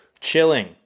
Chilling